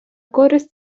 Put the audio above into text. користь